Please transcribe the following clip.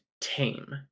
tame